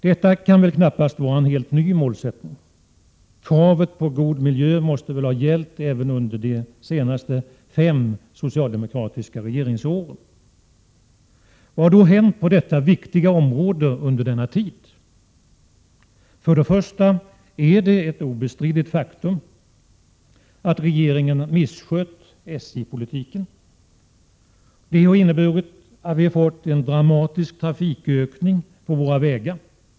Detta kan väl knappast var en helt ny målsättning. Kravet på god miljö måste väl ha gällt även under de senaste fem socialdemokratiska regeringsåren. Vad har då hänt på detta viktiga område under denna tid? Det är ett obestridligt faktum att regeringen misskött SJ-politiken. Det har inneburit att vi fått en dramatisk trafikökning på våra vägar.